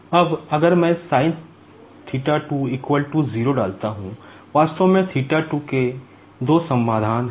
अब अगर मैं sinθ2 0 डालता हूं वास्तव में theta 2 के दो समाधान हैं